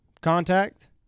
contact